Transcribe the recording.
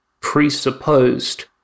presupposed